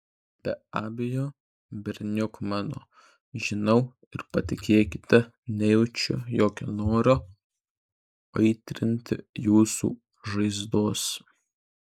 be abejo berniuk mano žinau ir patikėkite nejaučiu jokio noro aitrinti jūsų žaizdos